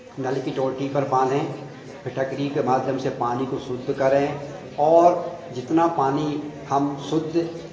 नल की टोटी पर बाँधें फिटकरी के माध्यम से पानी को शुद्ध करें और जितना पानी हम शुद्ध